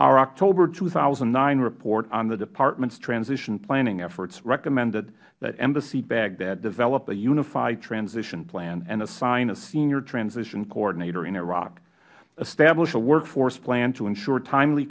our october two thousand and nine report on the departments transition planning efforts recommended that embassy baghdad develop a unified transition plan and assign a senior transition coordinator in iraq establish a workforce plan to ensure timely